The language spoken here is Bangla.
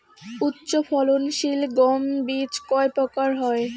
উচ্চ ফলন সিল গম বীজ কয় প্রকার হয়?